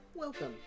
Welcome